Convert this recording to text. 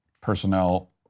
personnel